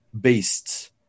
beasts